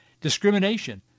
discrimination